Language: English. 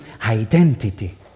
identity